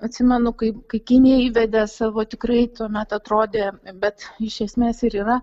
atsimenu kaip kai kinijai įvedė savo tikrai tuomet atrodė bet iš esmės ir yra